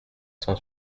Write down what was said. cent